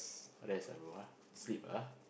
rest ah bro ah sleep ah